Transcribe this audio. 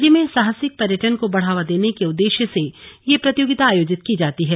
राज्य में साहसिक पर्यटन को बढ़ावा देने के उद्देश्य से यह प्रतियोगिता आयोजित की जाती है